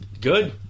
Good